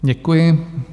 Děkuji.